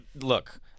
Look